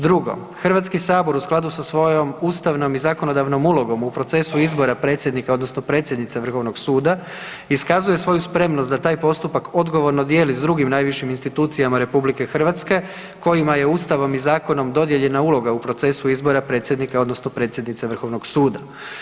Drugo, HS u skladu sa svojom ustavnom i zakonodavnom ulogom u procesu izbora predsjednika odnosno predsjednice vrhovnog suda iskazuje svoju spremnost da taj postupak odgovorno dijeli s drugim najvišim institucijama RH kojima je ustavom i zakonom dodijeljena uloga u procesu izbora predsjednika odnosno predsjednice vrhovnog suda.